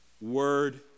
word